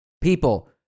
People